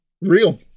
Real